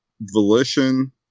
Volition